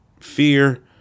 fear